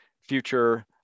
future